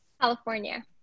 California